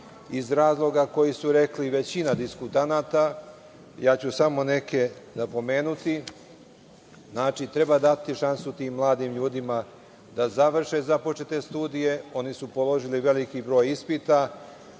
iz razloga koji su rekli većina diskutanata, ja ću samo neke napomenuti. Znači, treba dati šansu ti mladim ljudima da završe započete studije, oni su položili veliki broj ispita.